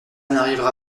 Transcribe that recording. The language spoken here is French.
n’arrivera